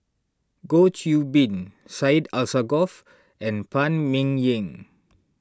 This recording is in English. Goh Qiu Bin Syed Alsagoff and Phan Ming Yen